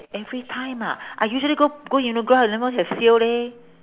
every time ah I usually go go uniqlo I don't know have sale leh